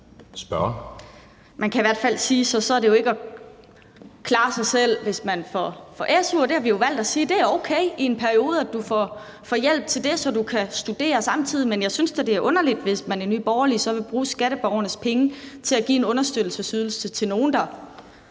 Man kan i hvert fald sige, at det ikke er at klare sig selv, hvis man får su, og vi har jo valgt at sige, at det er okay, at man i en periode får hjælp, så man kan studere samtidig. Men jeg synes da, det er underligt, hvis man i Nye Borgerlige så vil bruge skatteborgernes penge til at give en understøttelsesydelse til nogen,